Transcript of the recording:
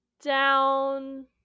down